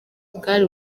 bwari